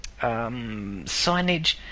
signage